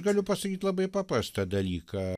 galiu pasakyt labai paprastą dalyką